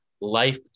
Life